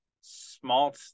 small